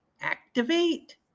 activate